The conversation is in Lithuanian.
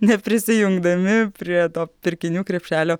neprisijungdami prie to pirkinių krepšelio